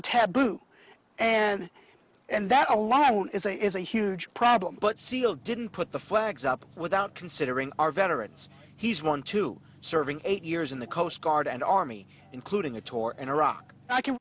lou and and that alone is a is a huge problem but seale didn't put the flags up without considering our veterans he's won two serving eight years in the coast guard and army including a tour in iraq i can